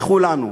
לכולנו,